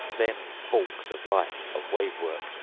then balked of life, of wave-work,